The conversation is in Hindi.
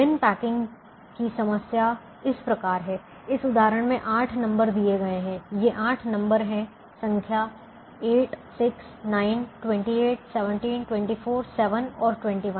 बिन पैकिंग की समस्या इस प्रकार है इस उदाहरण में 8 नंबर दिए गए हैं ये 8 नंबर हैं संख्या 8 6 9 28 17 24 7 और 21